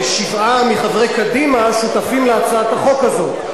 שבעה מחברי קדימה שותפים להצעת החוק הזאת.